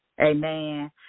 Amen